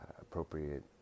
appropriate